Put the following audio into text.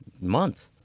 month